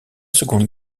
seconde